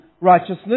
righteousness